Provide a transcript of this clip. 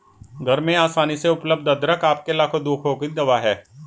घर में आसानी से उपलब्ध अदरक आपके लाखों दुखों की दवा है